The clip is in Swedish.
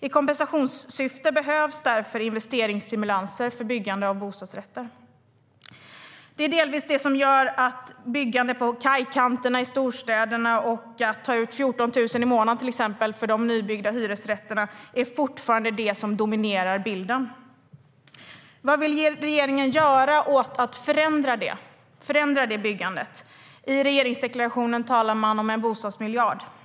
I kompensationssyfte behövs därför investeringsstimulanser för byggande av bostadsrätter. Det är delvis det som gör att byggandet på kajkanter i storstäderna och hyror på 14 000 i månaden för nybyggda hyresrätter fortfarande dominerar bilden. Vad vill regeringen göra för att förändra det byggandet? I regeringsdeklarationen talas det om en bostadsmiljard.